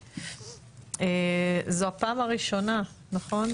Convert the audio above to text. זו הפעם הראשונה, נכון?